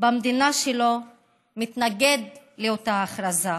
במדינה שלו מתנגד לאותה הכרזה.